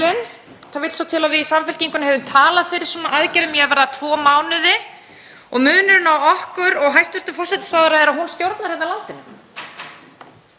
Þetta getur hún raunverulega gert, ekki bara sagt. Hvar er þingmálið sem hér er alltaf verið að vitna til í pontu? Af hverju kemur ekkert inn í þingið?